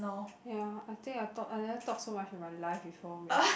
ya I think I talk I never talk so much in my life before man